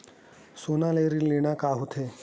सोना ले ऋण लेना का होथे?